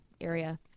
area